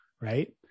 right